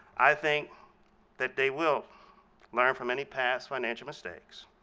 i think that they will learn from any past financial mistakes,